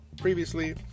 previously